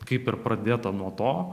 kaip ir pradėta nuo to